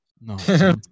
No